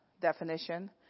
definition